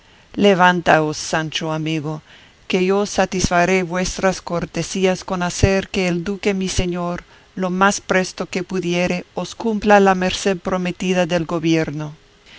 fidelidad levantaos sancho amigo que yo satisfaré vuestras cortesías con hacer que el duque mi señor lo más presto que pudiere os cumpla la merced prometida del gobierno